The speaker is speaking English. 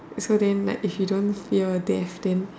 so then if you don't fear death then